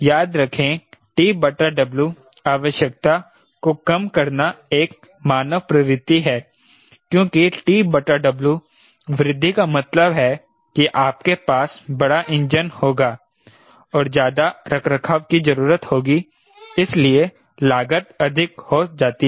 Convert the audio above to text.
याद रखें TW आवश्यकता को कम करना एक मानव प्रवृत्ति है क्योंकि TW वृद्धि का मतलब है कि आपके पास बड़ा इंजन होगा ज्यादा रखरखाव की जरूरत होगी इसलिए लागत अधिक हो जाती है